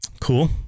cool